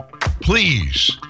please